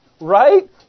Right